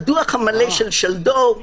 הדוח המלא של שלדור,